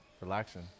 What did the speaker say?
relaxing